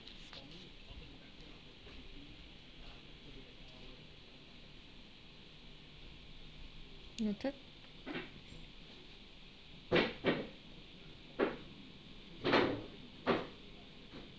noted